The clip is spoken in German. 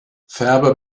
färber